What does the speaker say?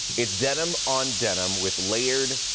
it's denim on denim with layered